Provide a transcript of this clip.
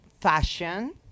fashion